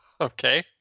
Okay